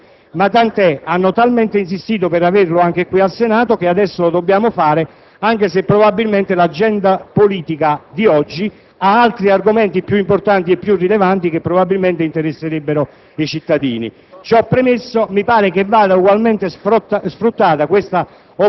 probabilmente, è un po' sfalsato rispetto alle vicende; ma tant'è, hanno talmente insistito per averlo anche qui in Senato che adesso dobbiamo svolgerlo, anche se probabilmente l'agenda politica di oggi ha altri argomenti più rilevanti che forse interesserebbero di più i cittadini.